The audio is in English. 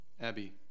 Abby